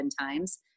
times